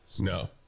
No